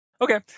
okay